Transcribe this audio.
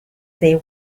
they